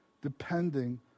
depending